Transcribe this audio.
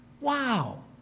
Wow